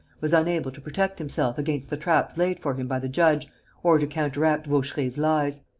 was unable to protect himself against the traps laid for him by the judge or to counteract vaucheray's lies.